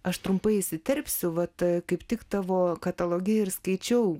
aš trumpai įsiterpsiu vat kaip tik tavo kataloge ir skaičiau